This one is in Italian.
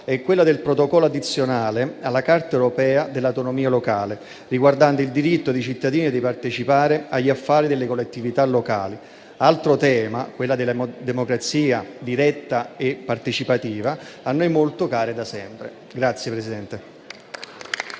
e quella del Protocollo addizionale alla Carta europea dell'autonomia locale, riguardante il diritto dei cittadini di partecipare agli affari delle collettività locali; altro tema, quello della democrazia diretta e partecipativa, a noi molto caro da sempre.